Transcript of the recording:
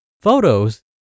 Photos